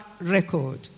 record